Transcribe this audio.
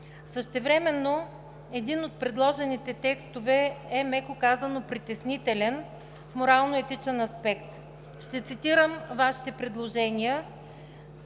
Същевременно един от предложените текстове е, меко казано, притеснителен в морално-етичен аспект. Ще цитирам Вашите предложения,